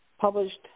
published